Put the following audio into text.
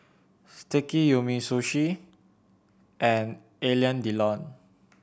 Sticky Umisushi and Alain Delon